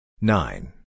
Nine